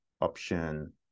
option